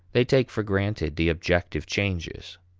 they take for granted the objective changes.